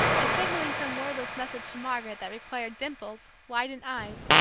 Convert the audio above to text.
and signaling some wordless message to margaret that required dimples, widened eyes,